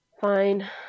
Fine